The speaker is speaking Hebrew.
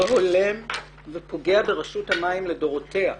לא הולם ופוגע ברשות המים לדורותיה.